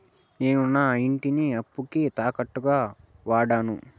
నేను నా ఇంటిని అప్పుకి తాకట్టుగా వాడాను